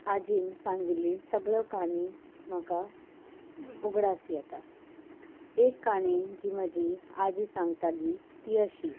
आजीन सांगिल्ली सगळ्यो काणी म्हाका उगडास येता एक काणी जी म्हजी आजी सांगताली ती अशी